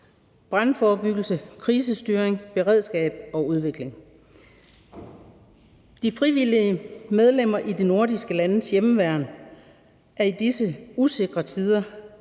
brandforebyggelse, krisestyring, beredskab og udvikling. De frivillige medlemmer i de nordiske landes hjemmeværn er i disse usikre tider